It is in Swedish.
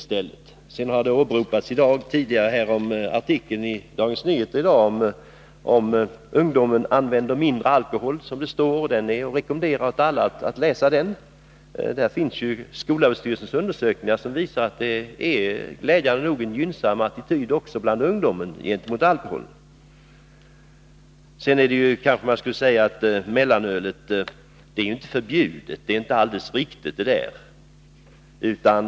Tidigare har man åberopat en artikel i Dagens Nyheter i dag, där det står att ungdomen använder mindre alkohol, och den är att rekommendera för alla att läsa. Där återges skolöverstyrelsens undersökningar, som glädjande nog visar en gynnsam attityd gentemot alkohol också bland ungdomen. Det bör också sägas att mellanölet inte är förbjudet.